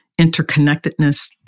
interconnectedness